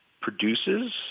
produces